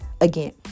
again